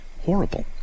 horrible